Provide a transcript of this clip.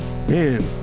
Man